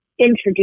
Introduce